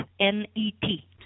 N-E-T